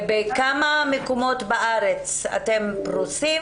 בכמה מקומות בארץ אתם פרוסים